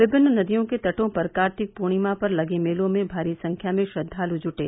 विभिन्न नदियों के तटों पर कार्तिक पूर्णिमा पर लगे मेलों में भारी संख्या में श्रद्वालु जुटे